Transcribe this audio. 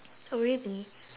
oh really